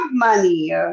Money